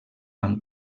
amb